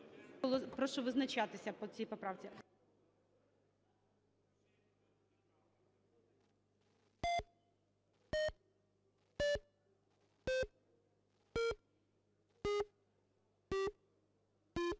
прошу визначатися по поправці